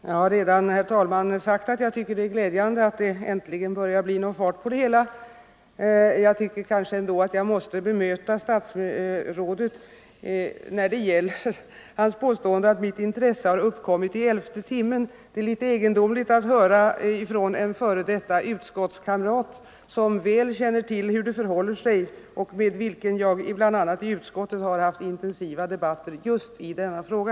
Herr talman! Jag har redan sagt att jag tycker det är glädjande att det äntligen börjar bli fart på detta ärende. Jag måste ändå bemöta statsrådet när det gäller hans påstående att mitt intresse har uppkommit i elfte timmen. Det känns litet egendomligt att höra från en f. d. utskottskamrat som väl känner till hur det förhåller sig och med vilken jag bl.a. i utskottet har haft intensiva debatter just i denna fråga.